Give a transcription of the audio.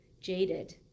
jaded